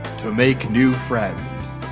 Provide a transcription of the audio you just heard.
to make new friends